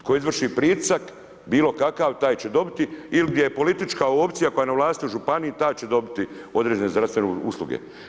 Tko izvrši pritisak, bilo kakav, taj će dobiti ili gdje je politička opcija koja je na vlasti u županiji taj će dobiti određene zdravstvene usluge.